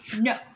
No